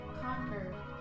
conquer